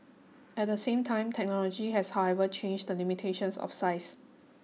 at the same time technology has however changed the limitations of size